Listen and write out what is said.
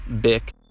Bick